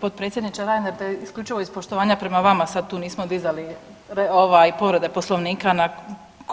potpredsjedniče naime isključivo iz poštovanja prema vama sad tu nismo dizali povrede Poslovnika